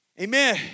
Amen